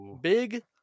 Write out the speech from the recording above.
big